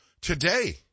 today